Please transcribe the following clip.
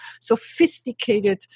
sophisticated